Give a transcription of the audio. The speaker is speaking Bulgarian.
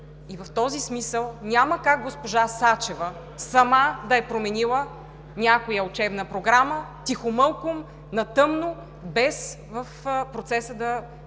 В този смисъл, няма как госпожа Сачева сама да е променила някоя учебна програма тихомълком, на тъмно, без в процеса да